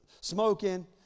smoking